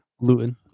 Luton